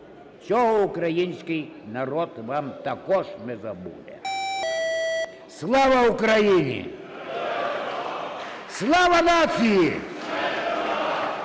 Цього український народ вам також не забуде. Слава Україні! Слава нації!